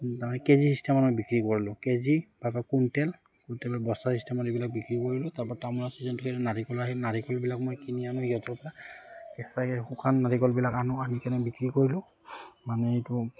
তাৰমানে কেজি চিষ্টেমত মই বিক্ৰী কৰিলোঁ কেজি তাৰপৰা কুইণ্টেল কুইণ্টেলত বস্তা চিষ্টেমত এইবিলাক বিক্ৰী কৰিলোঁ তাৰপৰা তামোলৰ ছিজনটো শেষ নাৰিকল সেই নাৰিকলবিলাক মই কিনি আনো সিহঁতৰপৰা কেঁচাকৈ শুকান নাৰিকলবিলাক আনো আনি কনে বিক্ৰী কৰিলোঁ মানে এইটো